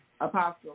Apostle